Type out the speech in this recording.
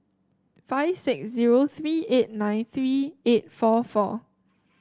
five six zero three eight nine three eight four four